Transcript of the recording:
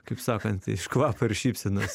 kaip sakant iš kvapo ir šypsenos